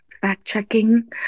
fact-checking